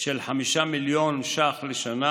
של 5 מיליון שקלים בשנה